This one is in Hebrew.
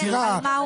סירה,